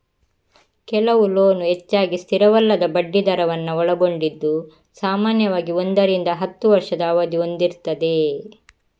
ಕೆಲವು ಲೋನ್ ಹೆಚ್ಚಾಗಿ ಸ್ಥಿರವಲ್ಲದ ಬಡ್ಡಿ ದರವನ್ನ ಒಳಗೊಂಡಿದ್ದು ಸಾಮಾನ್ಯವಾಗಿ ಒಂದರಿಂದ ಹತ್ತು ವರ್ಷದ ಅವಧಿ ಹೊಂದಿರ್ತದೆ